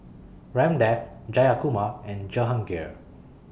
Ramdev Jayakumar and Jehangirr